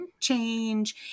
change